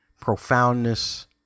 profoundness